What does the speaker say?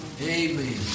Amen